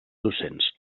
docents